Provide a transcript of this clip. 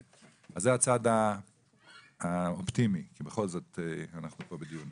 זה הצד האופטימי, כי אנחנו בכל זאת בדיון פה.